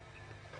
מהר?